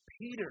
Peter